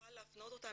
שנוכל להפנות אותם,